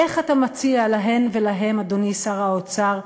איך אתה מציע להם ולהן, אדוני שר האוצר,